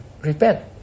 repent